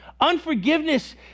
Unforgiveness